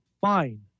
fine